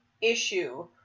issue